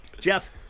Jeff